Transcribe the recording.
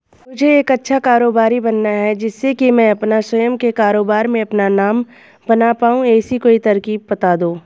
मुझे एक अच्छा कारोबारी बनना है जिससे कि मैं अपना स्वयं के कारोबार में अपना नाम बना पाऊं ऐसी कोई तरकीब पता दो?